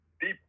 deep